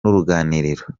n’uruganiriro